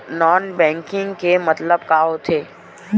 Non banking के मतलब का होथे?